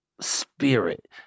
spirit